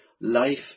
life